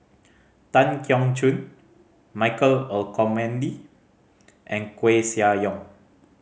Tan Keong Choon Michael Olcomendy and Koeh Sia Yong